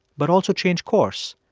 but also change course,